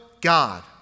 God